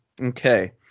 okay